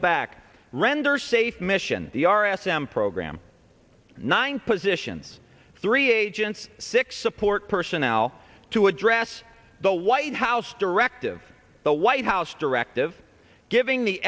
back render safe mission the r s m program nine positions three agents six support personnel to address the white house directive the white house directive giving the